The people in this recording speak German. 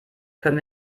können